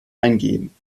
eingeben